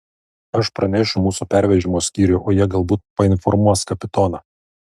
aš pranešiu mūsų pervežimo skyriui o jie galbūt painformuos kapitoną